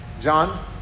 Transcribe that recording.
John